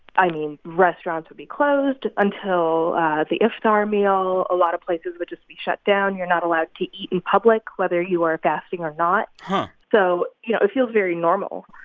i mean, restaurants will be closed until the iftar meal. a lot of places would just be shut down. you're not allowed to eat in public, whether you are fasting or not. and so, you know it feels very normal,